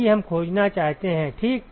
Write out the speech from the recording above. यही हम खोजना चाहते हैं ठीक